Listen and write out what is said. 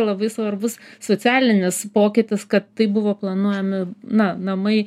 labai svarbus socialinis pokytis kad tai buvo planuojami na namai